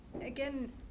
again